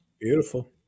Beautiful